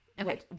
Okay